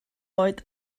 oed